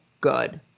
good